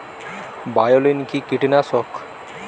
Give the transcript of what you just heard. বায়োলিন কি কীটনাশক?